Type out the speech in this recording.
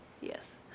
Yes